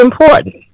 important